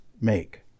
make